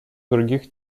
других